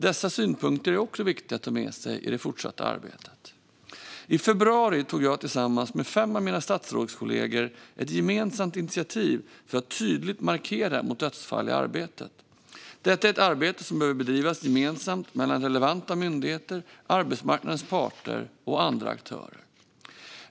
Dessa synpunkter är också viktiga att ta med sig i det fortsatta arbetet. I februari tog jag tillsammans med fem av mina statsrådskollegor ett gemensamt initiativ för att tydligt markera mot dödsfall i arbetet. Detta är ett arbete som behöver bedrivas gemensamt mellan relevanta myndigheter, arbetsmarknadens parter och andra aktörer.